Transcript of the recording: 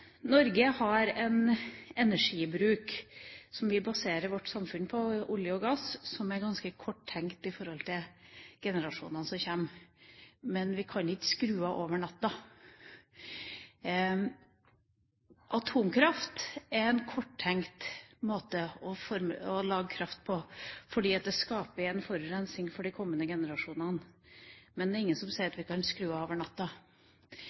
Norge har en energibruk, som vi baserer vårt samfunn på, av olje og gass, som er ganske korttenkt med tanke på generasjonene som kommer. Men vi kan ikke skru av over natta. Atomkraft er en korttenkt måte å lage kraft på, fordi det skaper en forurensing for de kommende generasjonene. Men det er ingen som sier at vi kan skru av over natta.